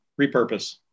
repurpose